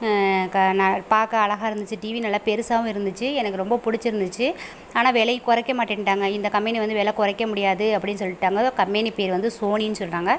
க ந பார்க்க அழகாக இருந்துச்சு டிவி நல்லா பெருசாகவும் இருந்துச்சு எனக்கு ரொம்ப பிடிச்சிருந்துச்சி ஆனால் விலை குறைக்க மாட்டேன்ட்டாங்க இந்த கம்பேனி வந்து வில குறைக்க முடியாது அப்படினு சொல்லிட்டாங்க கம்பேனி பேர் வந்து சோனினு சொன்னாங்க